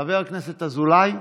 חבר הכנסת אזולאי.